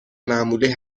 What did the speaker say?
معمولی